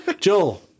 Joel